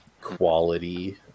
quality